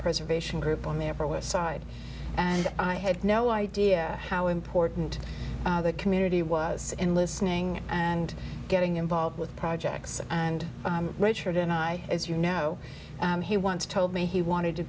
preservation group on the upper west side and i had no idea how important the community was in listening and getting involved with projects and richard and i as you know he wants told me he wanted to